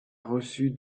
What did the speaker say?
reçu